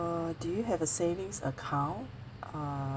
~(uh) do you have a savings account uh~